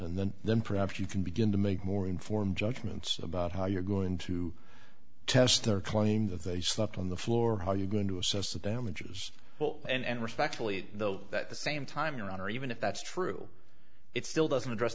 and then then perhaps you can begin to make more informed judgments about how you're going to test their claim that they slept on the floor how are you going to assess the damages well and respectfully though that the same time your honor even if that's true it still doesn't address